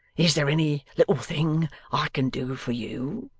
is there any little thing i can do for you